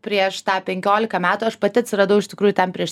prieš tą penkioliką metų aš pati atsiradau iš tikrųjų ten prieš